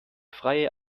freie